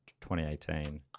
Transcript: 2018